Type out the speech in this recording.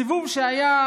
סיבוב שהיה,